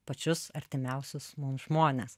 pačius artimiausius mum žmones